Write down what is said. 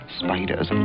spiders